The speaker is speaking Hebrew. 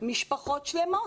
משפחות שלמות.